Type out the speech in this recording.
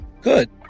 good